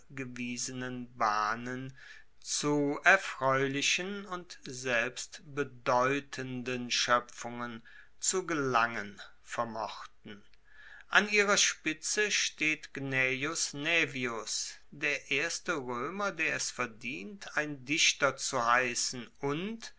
gewiesenen bahnen zu erfreulichen und selbst bedeutenden schoepfungen zu gelangen vermochten an ihrer spitze steht gnaeus naevius der erste roemer der es verdient ein dichter zu heissen und